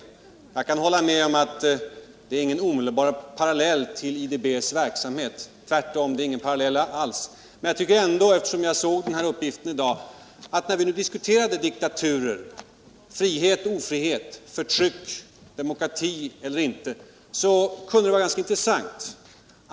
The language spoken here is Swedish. Jag kan hålla med om att det inte är någon omedelbar parallell till IDB:s verksamhet — tvärtom; det är ingen parallell alls. Men eftersom jag såg den här uppgiften i dag ville jag ta fram den när vi nu diskuterar diktaturer, frihet, ofrihet, förtryck, demokrati eller inte demokrati.